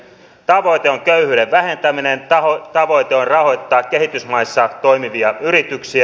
tavoite on köyhyyden vähentäminen tavoite on rahoittaa kehitysmaissa toimivia yrityksiä